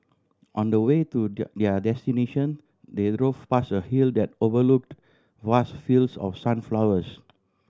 on the way to their destination they drove past a hill that overlooked vast fields of sunflowers